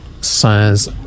says